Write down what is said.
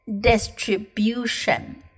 distribution